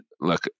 look